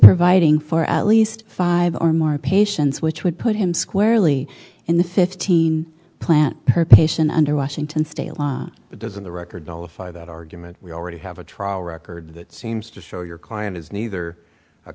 providing for at least five or more patients which would put him squarely in the fifteen plant per patient under washington state law doesn't the record all if i that argument we already have a trial record that seems to show your client is neither a